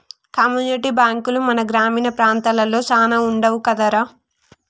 community బాంకులు మన గ్రామీణ ప్రాంతాలలో సాన వుండవు కదరా